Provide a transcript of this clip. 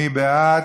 מי בעד?